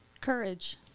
Courage